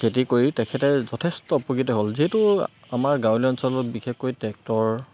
খেতি কৰি তেখেতে যথেষ্ট উপকৃত হ'ল যিহেতু আমাৰ গাঁৱলীয়া অঞ্চলত বিশেষকৈ ট্ৰেক্টৰ